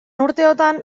urteotan